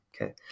Okay